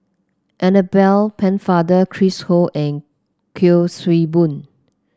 Annabel Pennefather Chris Ho and Kuik Swee Boon